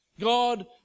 God